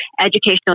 educational